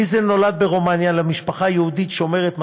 ויזל נולד ברומניה למשפחה יהודית שומרת מסורת,